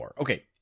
Okay